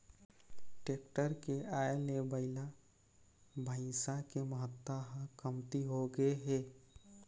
tractor के आए ले बइला, भइसा के महत्ता ह कमती होगे हे